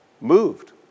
moved